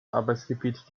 arbeitsgebiet